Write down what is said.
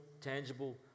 tangible